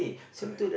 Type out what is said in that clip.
correct